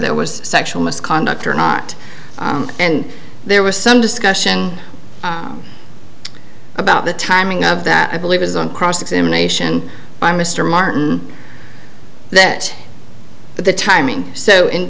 there was sexual misconduct or not and there was some discussion about the timing of that i believe is on cross examination by mr martin that the timing so in